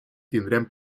tindrem